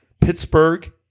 Pittsburgh